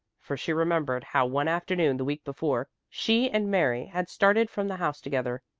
for she remembered how one afternoon the week before, she and mary had started from the house together,